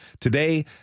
Today